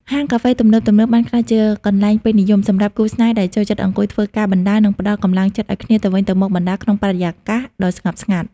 ហាងកាហ្វេទំនើបៗបានក្លាយជា «កន្លែងពេញនិយម» សម្រាប់គូស្នេហ៍ដែលចូលចិត្តអង្គុយធ្វើការបណ្ដើរ និងផ្ដល់កម្លាំងចិត្តឱ្យគ្នាទៅវិញទៅមកបណ្ដើរ ក្នុងបរិយាកាសដ៏ស្ងប់ស្ងាត់។